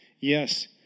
Yes